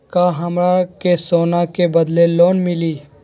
का हमरा के सोना के बदले लोन मिलि?